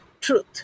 truth